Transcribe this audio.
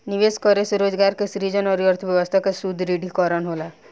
निवेश करे से रोजगार के सृजन अउरी अर्थव्यस्था के सुदृढ़ीकरन होला